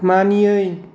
मानियै